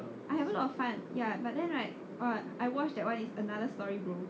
I have a lot of fun ya but then right oh I watched that [one] is another story bro~